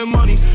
money